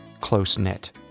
close-knit